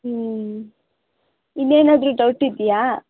ಹ್ಞೂ ಇನ್ನೇನಾದರೂ ಡೌಟ್ ಇದೆಯಾ